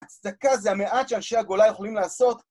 הצדקה זה המעט שאנשי הגולה יכולים לעשות.